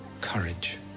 courage